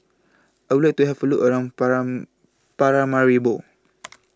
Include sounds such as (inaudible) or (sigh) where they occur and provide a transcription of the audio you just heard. I Would like to Have A Look around (unintelligible) Paramaribo